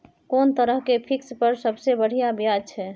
कोन तरह के फिक्स पर सबसे बढ़िया ब्याज छै?